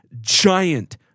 giant